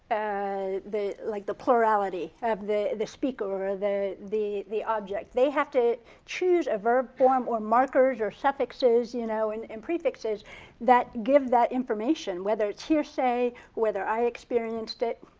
ah the like the plurality of the the speaker or the the object. they have to choose a verb form or marker or suffixes you know and and prefixes that give that information, whether it's hearsay, whether i experienced it,